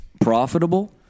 profitable